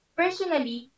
personally